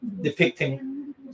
depicting